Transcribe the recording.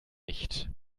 nicht